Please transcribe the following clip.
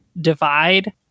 divide